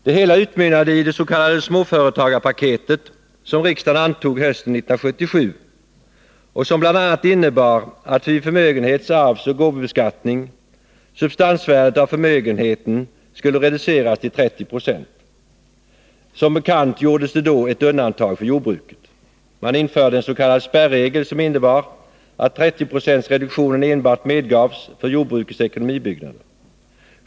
Det hela utmynnade i det s.k. småföretagarpaketet som riksdagen antog hösten 1977 och som bl.a. innebar att vid förmögenhets-, arvsoch gåvobeskattning substansvärdet av förmögenheten skulle reduceras till 30 26. Som bekant gjordes det då ett undantag för jordbruket. Man införde ens.k. spärregel som innebar att 30 Zo-procentsreduktionen enbart medgavs för jordbrukets ekonomibyggnader.